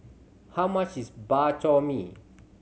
how much is Bak Chor Mee